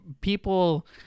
people